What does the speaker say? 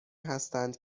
هستند